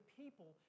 people